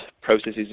processes